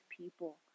people